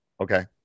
Okay